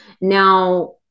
Now